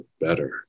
better